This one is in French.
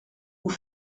vous